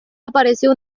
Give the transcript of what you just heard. apareció